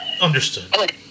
Understood